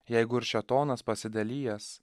jeigu ir šėtonas pasidalijęs